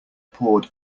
poured